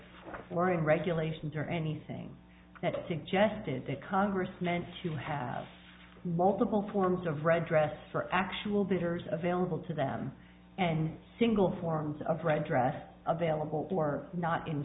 or in regulations or anything that suggested that congress meant to have multiple forms of red dress for actual bitters available to them and single forms of red dress available or not in